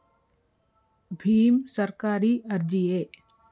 ಭೀಮ್ ಸರ್ಕಾರಿ ಅರ್ಜಿಯೇ?